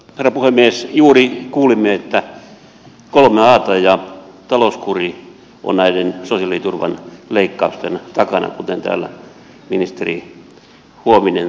juuri kuulimme että kolme ata ja talouskuri ovat näiden sosiaaliturvan leikkausten takana kuten täällä ministeri huovinen todisti